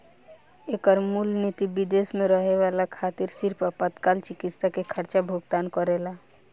एकर मूल निति विदेश में रहे वाला खातिर सिर्फ आपातकाल चिकित्सा के खर्चा के भुगतान करेला